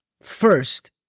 first